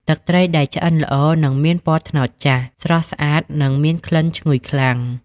ទឹកត្រីដែលឆ្អិនល្អនឹងមាន ពណ៌ត្នោតចាស់ ស្រស់ស្អាតនិងមានក្លិនឈ្ងុយខ្លាំង។